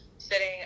Sitting